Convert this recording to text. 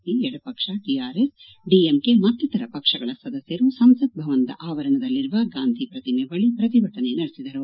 P ಎಡಪಕ್ಷ TRS DMK ಮತ್ತಿತರ ಪಕ್ಷಗಳ ಸದಸ್ಕರು ಸಂಸತ್ ಭವನದ ಆವರಣದಲ್ಲಿರುವ ಗಾಂಧಿ ಪ್ರತಿಮೆ ಬಳಿ ಪ್ರತಿಭಟನೆ ನಡೆಸಿದರು